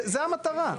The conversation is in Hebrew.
זו המטרה.